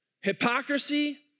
hypocrisy